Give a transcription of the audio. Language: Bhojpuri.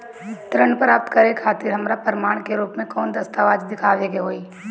ऋण प्राप्त करे खातिर हमरा प्रमाण के रूप में कौन दस्तावेज़ दिखावे के होई?